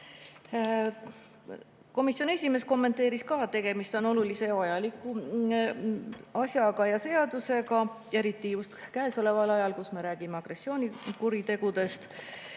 Komisjoni esimees kommenteeris, et tegemist on olulise ja vajaliku seadusega, eriti just käesoleval ajal, kui räägitakse agressioonikuritegudest.